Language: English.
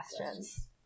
questions